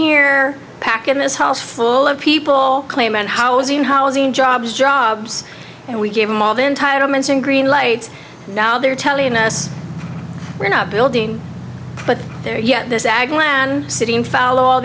here back in this house full of people claim and housing housing jobs jobs and we gave them all the entitlements and green lights now they're telling us we're not building but they're yet this ag land sitting fowl all